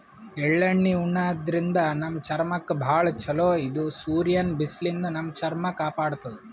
ಎಳ್ಳಣ್ಣಿ ಉಣಾದ್ರಿನ್ದ ನಮ್ ಚರ್ಮಕ್ಕ್ ಭಾಳ್ ಛಲೋ ಇದು ಸೂರ್ಯನ್ ಬಿಸ್ಲಿನ್ದ್ ನಮ್ ಚರ್ಮ ಕಾಪಾಡತದ್